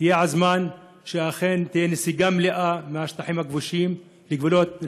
הגיע הזמן שאכן תהיה נסיגה מלאה מהשטחים הכבושים לגבולות 4